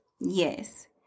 Yes